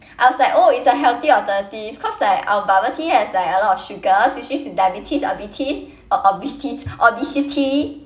I was like oh it's a healthy alternative cause like our bubble tea has like a lot of sugar which leads to diabetes obetese oh obetese obesity